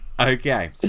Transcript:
Okay